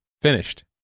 finished